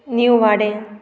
निवाडें